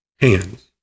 hands